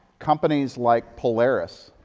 companies like polaris